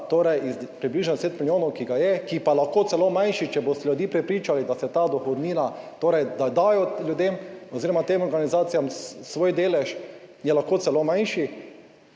iz približno 10 milijonov, ki ga je, ki pa je lahko celo manjši, če boste ljudi prepričali, da se ta dohodnina, torej, da dajo ljudem oziroma tem organizacijam svoj delež, je lahko celo manjši,